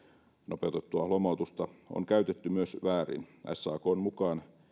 nopeutettua lomautusta on käytetty myös väärin sakn mukaan